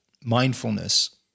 mindfulness